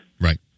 Right